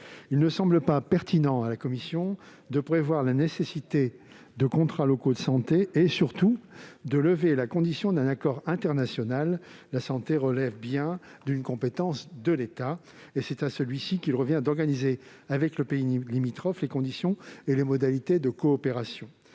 ne nous semble pas pertinent de prévoir la nécessité de tels contrats locaux de santé ni, surtout, de lever la condition d'existence d'un accord international. La santé relève bien d'une compétence de l'État : c'est à celui-ci qu'il revient d'organiser avec le pays limitrophe les conditions et les modalités de la coopération